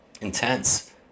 Intense